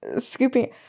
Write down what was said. Scooping –